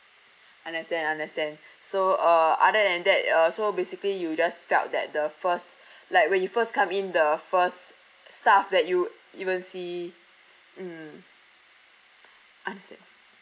understand understand so uh other than that uh so basically you just felt that the first like when you first come in the first staff that you would you will see mm understand